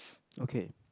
okay